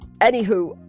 Anywho